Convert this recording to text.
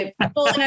People